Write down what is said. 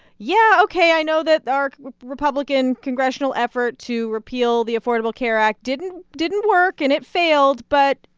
yeah, ok, i know that our republican congressional effort to repeal the affordable care act didn't didn't work. and it failed. but,